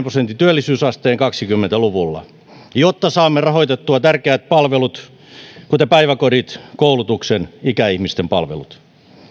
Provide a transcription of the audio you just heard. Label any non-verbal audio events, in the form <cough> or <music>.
<unintelligible> prosentin työllisyysasteen kaksikymmentä luvulla jotta saamme rahoitettua tärkeät palvelut kuten päiväkodit koulutuksen ikäihmisten palvelut